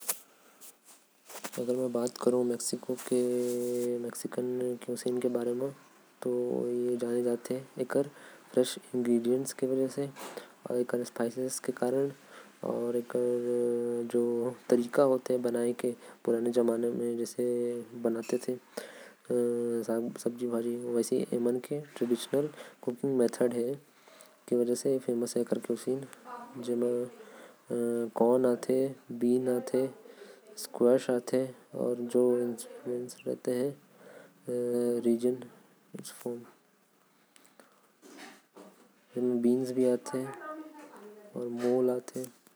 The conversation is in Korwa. मेक्सिकन मन जानल जाथे अपन फ्लेवर अउ। मसाला मन के वजह से जानल जाथे। मेक्सिकन मन अपन चटपटा खाना बर जानल जाथे। सालसा नाचोस अउ चिप्स हर ओमन के प्रमुख पाक शैली हवे। एहि सब वहा के लोग मन ज्यादा खाथे।